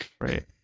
Right